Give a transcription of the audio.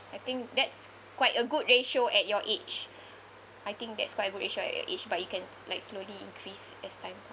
I think that's quite a good ratio at your age I think that's quite good ratio at your age but you can like slowly increase as time